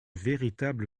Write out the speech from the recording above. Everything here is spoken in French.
véritable